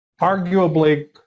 arguably